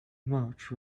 march